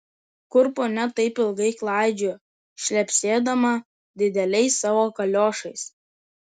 kur ponia taip ilgai klaidžiojo šlepsėdama dideliais savo kaliošais